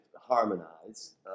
harmonize